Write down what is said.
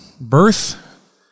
birth